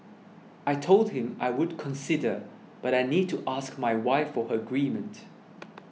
I told him I would consider but I need to ask my wife for her agreement